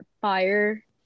fire